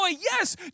Yes